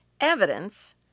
evidence